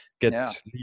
get